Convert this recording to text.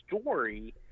story